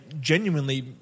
genuinely